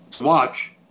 Watch